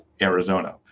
Arizona